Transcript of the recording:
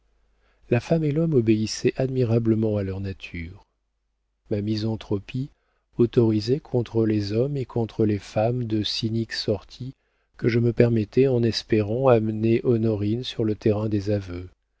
la femme et l'homme obéissaient admirablement à leur nature ma misanthropie autorisait contre les hommes et contre les femmes de cyniques sorties que je me permettais en espérant amener honorine sur le terrain des aveux